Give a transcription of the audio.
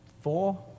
Four